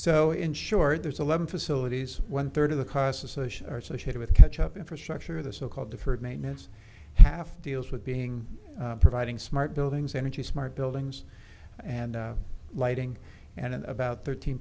so in short there's eleven facilities one third of the costs associated with catch up infrastructure the so called deferred maintenance half deals with being providing smart buildings energy smart buildings and lighting and at about thirteen